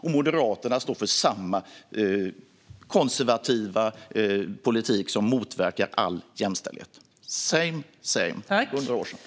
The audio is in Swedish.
Och Moderaterna står för samma konservativa politik som motverkar all jämställdhet - samma lika som för 100 år sedan.